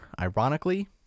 ironically